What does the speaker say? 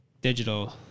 digital